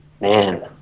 Man